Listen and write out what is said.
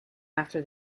after